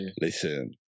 Listen